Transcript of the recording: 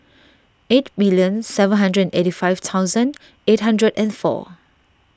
eighty million seven hundred eighty five thousand eight hundred and four